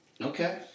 Okay